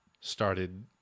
started